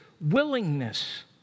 willingness